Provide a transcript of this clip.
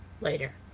Later